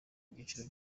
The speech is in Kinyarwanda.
byiciro